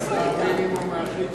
מערכות יציבות),